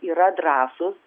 yra drąsūs